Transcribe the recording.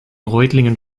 reutlingen